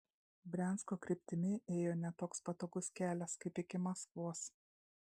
briansko kryptimi ėjo ne toks patogus kelias kaip iki maskvos